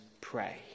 pray